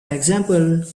example